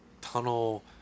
tunnel